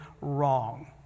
wrong